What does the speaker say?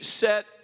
set